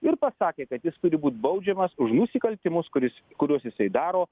ir pasakė kad jis turi būt baudžiamas už nusikaltimus kuris kuriuos jisai daro